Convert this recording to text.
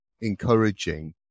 encouraging